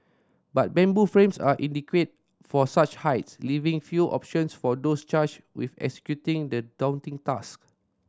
but bamboo frames are inadequate for such heights leaving few options for those charged with executing the daunting task